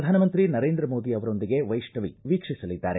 ಪ್ರಧಾನಮಂತ್ರಿ ನರೇಂದ್ರ ಮೋದಿ ಅವರೊಂದಿಗೆ ವೈಷ್ಣವಿ ವೀಕ್ಷಿಸಲಿದ್ದಾರೆ